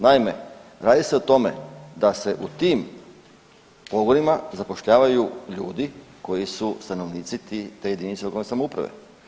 Naime, radi se o tome da se u tim pogonima zapošljavaju ljudi koji su stanovnici te jedinice lokalne samouprave.